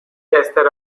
اضطراری